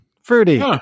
fruity